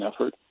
effort